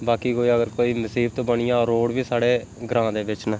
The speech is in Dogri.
बाकी कोई अगर कोई मसीबत बनी जा रोड बी साढ़े ग्रांऽ दे बिच्च न